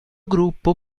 gruppo